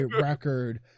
record